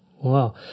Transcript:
Wow